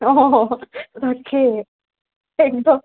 অঁ তাকেই একদম